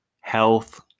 health